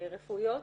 הרפואיות.